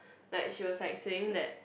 like she was like saying that